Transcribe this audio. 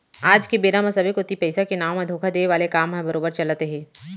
आज के बेरा म सबे कोती पइसा के नांव म धोखा देय वाले काम ह बरोबर चलत हे